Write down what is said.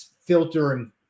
filtering